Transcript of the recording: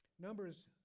Numbers